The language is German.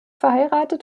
verheiratet